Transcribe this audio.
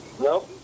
No